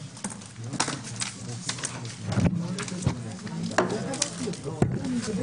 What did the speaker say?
הישיבה ננעלה בשעה 11:15.